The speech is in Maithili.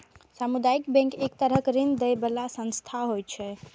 सामुदायिक बैंक एक तरहक ऋण दै बला संस्था होइ छै